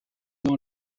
dans